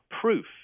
proof